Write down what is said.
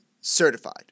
certified